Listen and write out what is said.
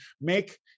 make